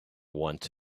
once